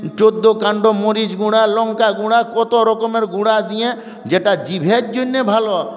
চোদ্দো কাণ্ড মরিচ গুঁড়ো লঙ্কা গুঁড়ো কত রকমের গুঁড়ো দিয়ে যেটা জিভের জন্য ভালো